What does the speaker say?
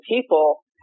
people